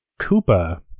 Koopa